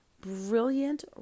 brilliant